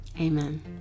Amen